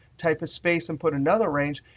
type a space, and put another range,